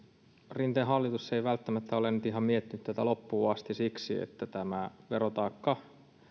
rinteen hallitus ei välttämättä ole nyt ihan miettinyt tätä loppuun asti siksi että tämä verotaakka